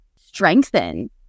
strengthen